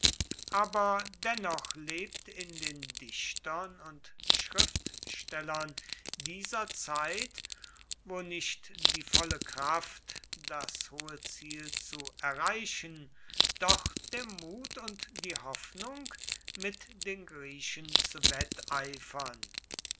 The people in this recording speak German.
aber dennoch lebt in den dichtern und schriftstellern dieser zeit wo nicht die volle kraft das hohe ziel zu erreichen doch der mut und die hoffnung mit den griechen zu wetteifern